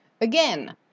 Again